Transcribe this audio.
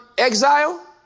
Exile